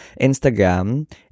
Instagram